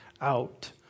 out